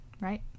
right